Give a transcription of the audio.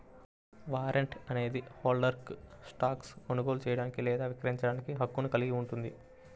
warrant అనేది హోల్డర్కు స్టాక్ను కొనుగోలు చేయడానికి లేదా విక్రయించడానికి హక్కును కలిగి ఉంటుంది